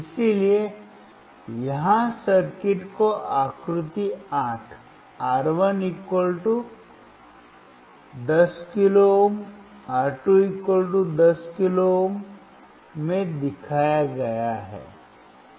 इसलिए यहां सर्किट को आकृति 8 R1 10 kilo ohm R2 10 kilo ohm में दिखाया गया है